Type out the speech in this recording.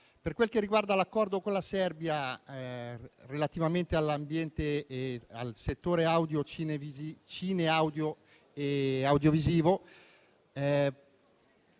Per quel che riguarda l'Accordo con la Serbia relativamente all'ambiente e al settore cineaudiovisivo,